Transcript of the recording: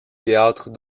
théâtres